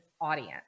audience